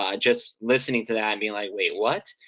ah just listening to that and being like wait, what?